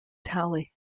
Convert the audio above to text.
tally